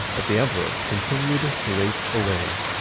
but the emperor continued to waste away.